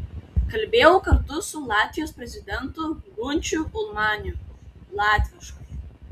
kalbėjau kartu su latvijos prezidentu gunčiu ulmaniu latviškai